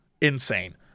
insane